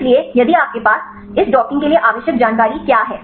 इसलिए यदि आपके पास इस डॉकिंग के लिए आवश्यक जानकारी क्या है